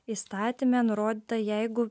įstatyme nurodyta jeigu